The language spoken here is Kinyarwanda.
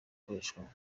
akoreshwamo